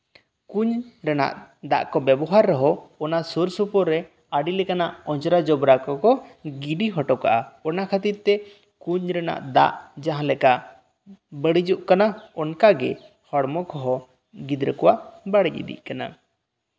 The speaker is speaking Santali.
ᱠᱩᱧ ᱨᱮᱱᱟᱜ ᱫᱟᱜ ᱠᱚ ᱵᱮᱵᱚᱦᱟᱨ ᱨᱮᱦᱚᱸ ᱚᱱᱟ ᱥᱩᱨᱼᱥᱩᱯᱩᱨ ᱨᱮ ᱟᱹᱰᱤ ᱞᱮᱠᱟᱱᱟᱜ ᱚᱸᱡᱽᱨᱟ ᱡᱚᱵᱽᱨᱟ ᱠᱚᱠᱚ ᱜᱤᱰᱤ ᱦᱚᱴᱚ ᱠᱟᱜᱼᱟ ᱚᱱᱟ ᱠᱷᱟᱛᱤᱨ ᱛᱮ ᱠᱩᱧ ᱨᱮᱱᱟᱜ ᱫᱟᱜ ᱡᱟᱦᱟᱸᱞᱮᱠᱟ ᱵᱟᱲᱤᱡᱚᱜ ᱠᱟᱱᱟ ᱚᱱᱠᱟ ᱜᱮ ᱦᱚᱲᱢᱚ ᱠᱚᱦᱚᱸ ᱜᱤᱫᱽᱨᱟᱹ ᱠᱚᱣᱟᱜ ᱵᱟᱲᱤᱡ ᱤᱫᱤᱜ ᱠᱟᱱᱟ